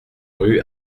rue